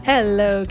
Hello